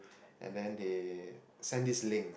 and then they send this link